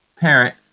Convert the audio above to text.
parent